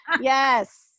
yes